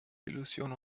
illusionen